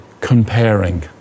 comparing